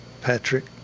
Patrick